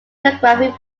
photography